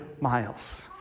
miles